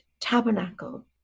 tabernacle